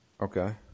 Okay